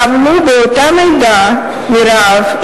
סבלו באותה מידה מרעב,